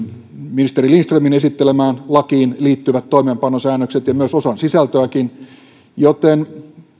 ministeri lindströmin esittelemään lakiin liittyvät toimeenpanosäännökset ja myös osan sisältöäkin joten